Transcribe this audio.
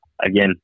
Again